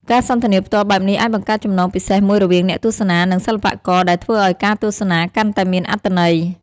ការសន្ទនាផ្ទាល់បែបនេះអាចបង្កើតចំណងពិសេសមួយរវាងអ្នកទស្សនា និងសិល្បករ ដែលធ្វើឲ្យការទស្សនាកាន់តែមានអត្ថន័យ។